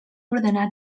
ordenar